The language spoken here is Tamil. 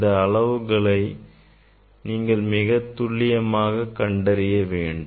இந்த அளவுகளை நீங்கள் மிகத் துல்லியமாக கண்டறிய வேண்டும்